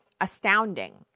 astounding